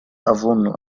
أظن